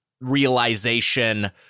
realization